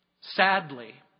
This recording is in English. Sadly